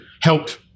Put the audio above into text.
helped